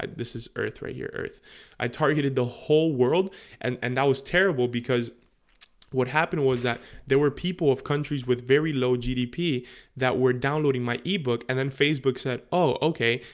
ah this is earth right here earth i targeted the whole world and and that was terrible because what happened was that there were people of countries with very low gdp that were downloading my ebook and then facebook said oh? okay,